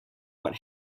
what